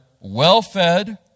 well-fed